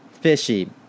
fishy